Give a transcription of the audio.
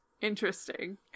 Interesting